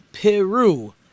peru